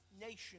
nation